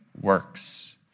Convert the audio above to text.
works